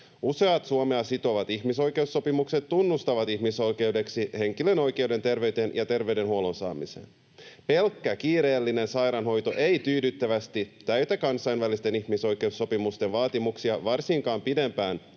Useat Suomea sitovat ihmisoikeussopimukset tunnustavat ihmisoikeudeksi henkilön oikeuden terveyteen ja terveydenhuollon saamiseen. Pelkkä kiireellinen sairaanhoito ei tyydyttävästi täytä kansainvälisten ihmisoikeussopimusten vaatimuksia varsinkaan pidempään